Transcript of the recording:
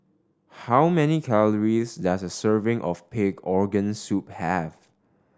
how many calories does a serving of pig organ soup have